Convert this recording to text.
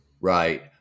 right